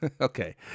Okay